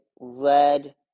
Red